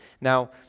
Now